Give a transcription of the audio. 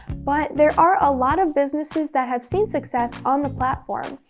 but there are a lot of businesses that have seen success on the platform.